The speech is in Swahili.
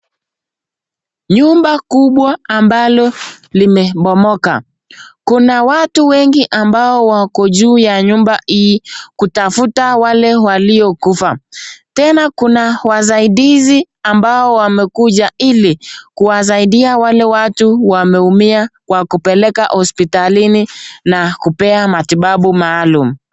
Nyumba kumbwa ambalo limebomoka Kuna watu wengi ambao wako juu ya hii nyumba kutafuta waliokufa tena Kuna wasaidizi as mbao wamekuja hili kuwasaidia wale watu wameumia Kwa kupeleka hospitslini na kupea matibabu maalum.